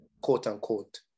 quote-unquote